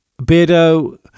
Beardo